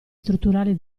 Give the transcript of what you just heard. strutturali